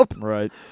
Right